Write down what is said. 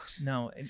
No